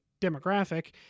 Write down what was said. demographic